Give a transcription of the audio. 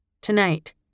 Tonight